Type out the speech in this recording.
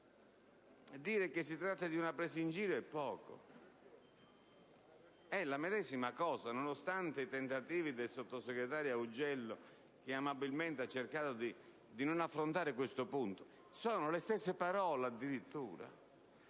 dire che si tratta di una presa in giro è poco. È la medesima cosa, nonostante i tentativi del sottosegretario Augello, che amabilmente ha cercato di non affrontare questo punto. Sono le stesse parole, addirittura: